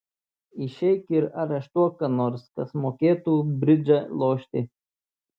išeik ir areštuok ką nors kas mokėtų bridžą lošti